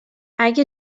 اگه